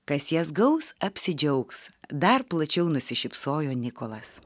kas jas gaus apsidžiaugs dar plačiau nusišypsojo nikolas